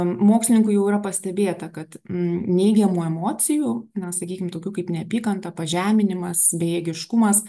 mokslininkų jau yra pastebėta kad neigiamų emocijų na sakykim tokių kaip neapykanta pažeminimas bejėgiškumas